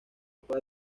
puede